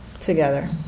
together